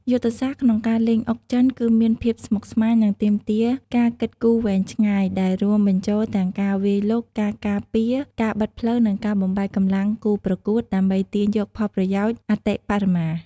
យុទ្ធសាស្ត្រក្នុងការលេងអុកចិនគឺមានភាពស្មុគស្មាញ និងទាមទារការគិតគូរវែងឆ្ងាយ ដែលរួមបញ្ចូលទាំងការវាយលុក ការការពារ ការបិទផ្លូវ និងការបំបែកកម្លាំងគូប្រកួត ដើម្បីទាញយកផលប្រយោជន៍អតិបរមា។